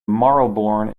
marylebone